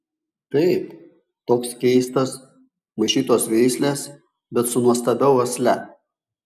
taip toks keistas maišytos veislės bet su nuostabia uosle